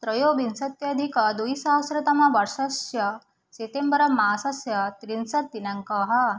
त्रयोविंशत्यधिकद्विसहस्रतमवर्षस्य सितेम्बरमासस्य त्रिंशद्दिनाङ्कः